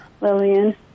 Lillian